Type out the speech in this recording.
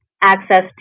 access